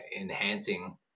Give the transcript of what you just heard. enhancing